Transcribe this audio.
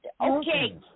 okay